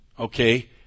Okay